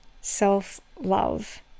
self-love